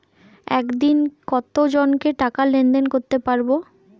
একদিন কত জনকে টাকা লেনদেন করতে পারবো?